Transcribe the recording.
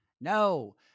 No